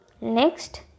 next